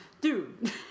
dude